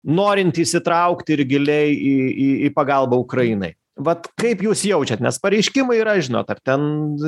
norinti įsitraukti ir giliai į į į pagalbą ukrainai vat kaip jūs jaučiat nes pareiškimai yra žinot ar ten